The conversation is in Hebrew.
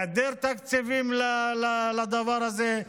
והיעדר תקציבים לדבר הזה.